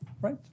Right